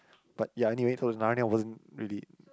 but ya anyway so Narnia wasn't really